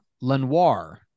lenoir